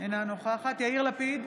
אינה נוכחת יאיר לפיד,